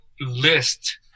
list